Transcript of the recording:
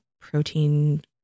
protein